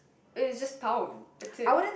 it it's just town that's it